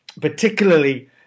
particularly